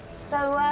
so, er